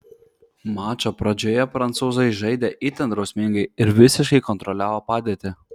mačo pradžioje prancūzai žaidė itin drausmingai ir visiškai kontroliavo padėtį